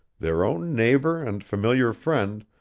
their own neighbor and familiar friend,